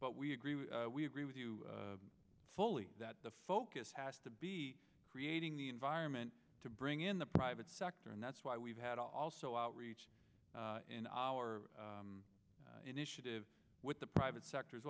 but we agree we agree with you fully that the focus has to be creating the environment to bring in the private sector and that's why we've had also outreach in our initiative with the private sector